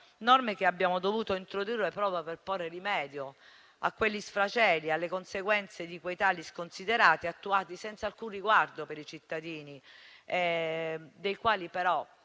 e che abbiamo dovuto introdurre proprio per porre rimedio a quegli sfaceli e alle conseguenze di quei tagli sconsiderati attuati senza alcun riguardo per i cittadini, dei quali però,